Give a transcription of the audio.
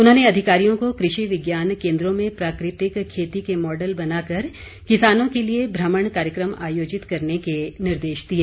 उन्होंने अधिकारियों को कृषि विज्ञान केन्द्रों में प्राकृतिक खेती के मॉडल बनाकर किसानों के लिए भ्रमण कार्यक्रम आयोजित करने के निर्देश दिए